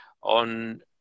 on